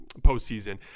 postseason